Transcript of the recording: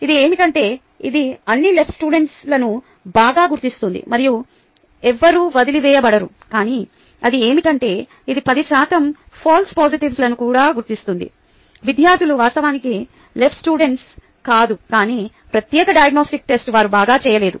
ఇది ఏమిటంటే ఇది అన్ని LSలను బాగా గుర్తిస్తుంది మరియు ఎవ్వరూ వదిలివేయబడరు కాని అది ఏమిటంటే ఇది 10 శాతం ఫాల్స్ పాజిటివ్ లను కూడా గుర్తిస్తుంది విద్యార్థులు వాస్తవానికి LS కాదు కానీ ఆ ప్రత్యేక డయాగ్నొస్టిక్ టెస్ట్ వారు బాగా చేయలేదు